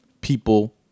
People